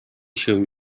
się